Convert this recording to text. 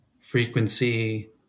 frequency